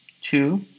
Two